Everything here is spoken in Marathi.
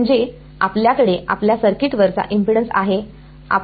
म्हणजे आपल्याकडे आपल्या सर्किटवरचा इम्पेडन्स आहे